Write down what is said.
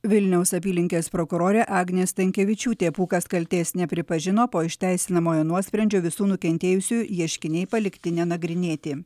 vilniaus apylinkės prokurorė agnė stankevičiūtė pūkas kaltės nepripažino po išteisinamojo nuosprendžio visų nukentėjusiųjų ieškiniai palikti nenagrinėti